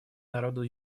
народа